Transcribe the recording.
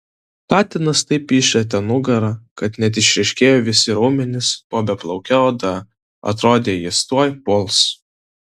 katinas taip išrietė nugarą kad net išryškėjo visi raumenys po beplauke oda atrodė jis tuoj puls